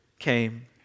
came